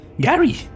gary